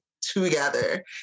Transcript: together